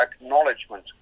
acknowledgement